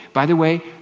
by the way,